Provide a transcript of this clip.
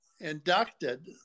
inducted